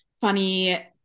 funny